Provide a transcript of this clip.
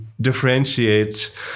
differentiate